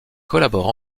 collabore